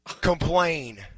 complain